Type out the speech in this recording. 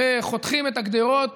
חותכים את הגדרות